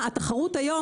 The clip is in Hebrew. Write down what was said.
התחתונה,